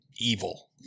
evil